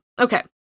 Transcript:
Okay